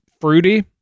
fruity